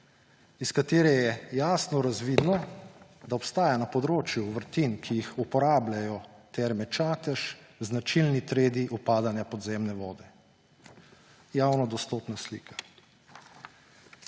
iz katere je jasno razvidno, da obstajajo na področju vrtin, ki jih uporabljajo Terme Čatež, značilni trendi upadanja podzemne vode. Javno dostopna slika.